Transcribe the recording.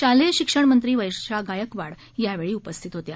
शालेय शिक्षण मंत्री वर्षा गायकवाड यावेळी उपस्थित होत्या